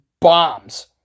bombs